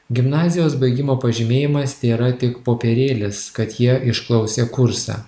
gimnazijos baigimo pažymėjimas tėra tik popierėlis kad jie išklausė kursą